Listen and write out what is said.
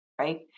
right